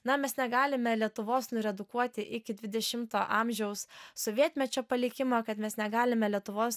na mes negalime lietuvos redukuoti iki dvidešimto amžiaus sovietmečio palikimo kad mes negalime lietuvos